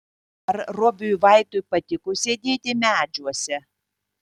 ar robiui vaitui patiko sėdėti medžiuose